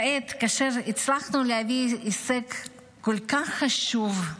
כעת, כאשר הצלחנו להביא הישג כל כך חשוב,